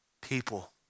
people